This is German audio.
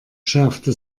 schärfte